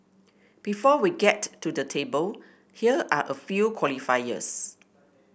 before we get to the table here are a few qualifiers